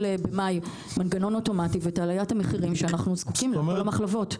במאי מנגנון אמיתי ואת עליית המחירים שאנחנו זקוקים לו במחלבות.